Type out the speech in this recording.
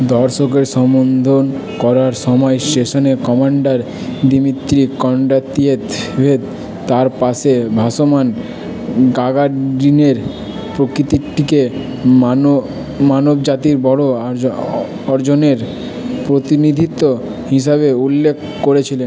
দর্শকের সম্বোধন করার সময় স্টেশনে কমান্ডার দিমিত্রি কন্ড্রাতিয়েভ তার পাশে ভাসমান গাগারিনের প্রকৃতিটিকে মানব মানবজাতির বড়ো অর্জনের প্রতিনিধিত্ব হিসাবে উল্লেখ করেছিলেন